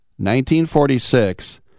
1946